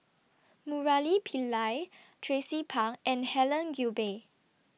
Murali Pillai Tracie Pang and Helen Gilbey